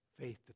faith